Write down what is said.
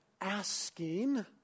asking